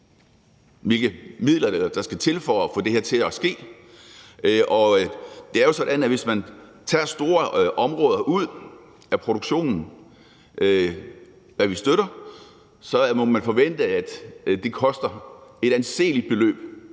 hvilke midler der skal til for at få det her til at ske. Det er jo sådan, at hvis man tager store områder ud af produktionen, hvad vi støtter, så må man forvente, at det koster et anseligt beløb.